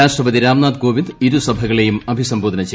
രാഷ്ട്രപതി രാംനാഥ് കോവിന്ദ് ഇരു സഭകളെയും അഭിസംബോധന ചെയ്യും